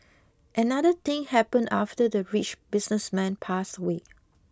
another thing happened after the rich businessman passed away